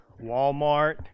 Walmart